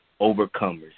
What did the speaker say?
overcomers